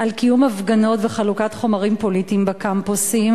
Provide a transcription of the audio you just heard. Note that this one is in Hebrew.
קיום הפגנות וחלוקת חומרים פוליטיים בקמפוסים,